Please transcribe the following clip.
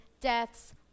deaths